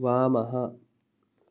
वामः